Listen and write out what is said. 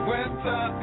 Winter